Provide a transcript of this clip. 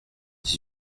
dix